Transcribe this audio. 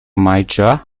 mahaitxoa